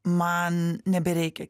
man nebereikia